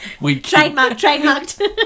trademarked